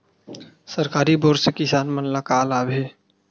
सरकारी बोर से किसान मन ला का लाभ हे?